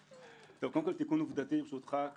קודם כל, תיקון עובדתי קצר ברשותך.